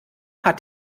hat